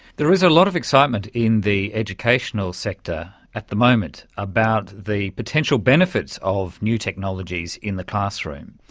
there is a lot of excitement in the educational sector at the moment about the potential benefits of new technologies in the classroom.